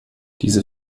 diese